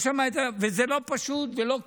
וזה לא פשוט ולא קל,